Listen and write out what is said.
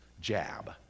jab